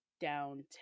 down